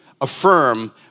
affirm